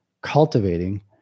cultivating